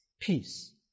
peace